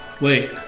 Wait